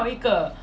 mmhmm